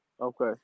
Okay